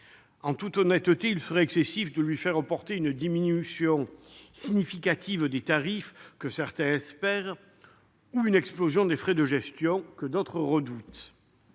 En toute honnêteté, il serait excessif de lui imputer une diminution significative des tarifs, que certains espèrent, ou une explosion des frais de gestion, que d'autres redoutent.